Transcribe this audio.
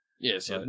Yes